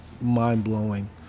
mind-blowing